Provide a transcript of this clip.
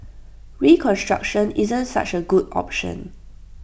reconstruction isn't such A good option